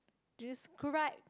describe